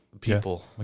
people